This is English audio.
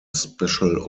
special